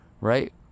right